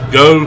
go